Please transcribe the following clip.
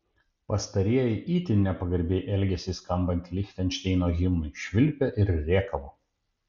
pastarieji itin nepagarbiai elgėsi skambant lichtenšteino himnui švilpė ir rėkavo